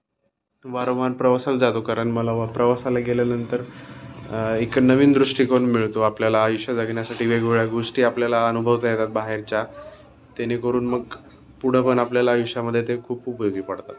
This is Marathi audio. वारंवार प्रवासाल जातो कारण मला वा प्रवासाला गेल्यानंतर एक नवीन दृष्टिकोन मिळतो आपल्याला आयुष्य जगण्यासाठी वेगवेगळ्या गोष्टी आपल्याला अनुभवता येतात बाहेरच्या जेणेकरून मग पुढं पण आपल्याला आयुष्यामध्ये ते खूप उपयोगी पडतात